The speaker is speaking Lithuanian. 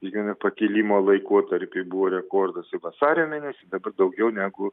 išgyvena pakilimo laikotarpį buvo rekordas vasario mėnesį dabar daugiau negu